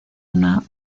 una